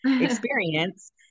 experience